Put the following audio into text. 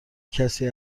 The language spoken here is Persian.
کسی